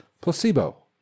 placebo